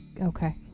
Okay